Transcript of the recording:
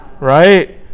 right